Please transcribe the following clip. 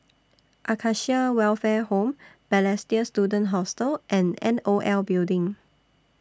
Acacia Welfare Home Balestier Student Hostel and N O L Building